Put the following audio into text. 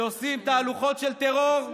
שעושים תהלוכות של טרור?